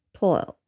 toil